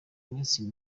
minsi